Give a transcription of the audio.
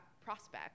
prospect